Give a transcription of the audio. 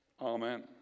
Amen